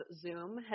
zoom